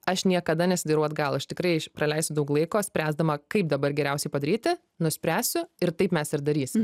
aš niekada nesidairau atgal aš tikrai praleisiu daug laiko spręsdama kaip dabar geriausiai padaryti nuspręsiu ir taip mes ir darysim